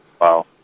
Wow